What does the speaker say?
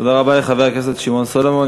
תודה רבה לחבר הכנסת שמעון סולומון.